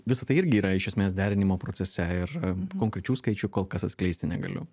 visa tai irgi yra iš esmės derinimo procese ir konkrečių skaičių kol kas atskleisti negaliu